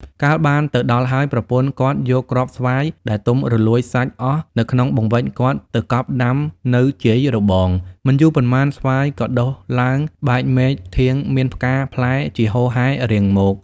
កាលបានទៅដល់ហើយ ប្រពន្ធគាត់យកគ្រាប់ស្វាយ ដែលទុំរលួយសាច់អស់នៅក្នុងបង្វេចគាត់ទៅកប់ដាំនៅជាយរបង មិនយូរប៉ុន្មានស្វាយក៏ដុះឡើងបែកមែកធាងមានផ្កា-ផ្លែ ជាហូរហែរៀងមក ។